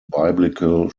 biblical